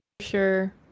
sure